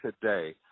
today